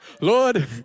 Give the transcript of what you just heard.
Lord